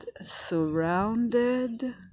surrounded